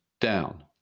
down